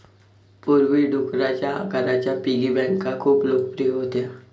पूर्वी, डुकराच्या आकाराच्या पिगी बँका खूप लोकप्रिय होत्या